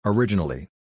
Originally